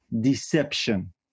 deception